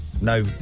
No